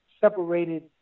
separated